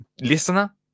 listener